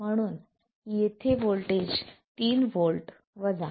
म्हणून येथे voltage 3 V 0